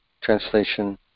translation